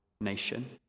nation